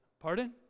pardon